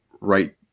right